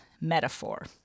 metaphor